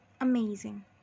Amazing